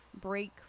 Break